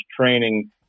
training